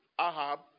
Ahab